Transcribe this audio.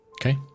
Okay